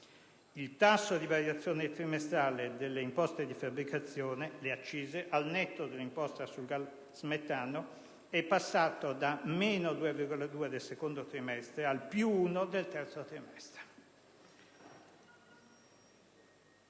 Il tasso di variazione trimestrale delle imposte di fabbricazione, le accise, al netto dell'imposta sul gas metano è passato da meno 2,2 del secondo trimestre al più 1 del terzo. Rispetto